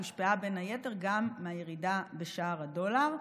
שהושפעה בין היתר גם מהירידה בשער הדולר.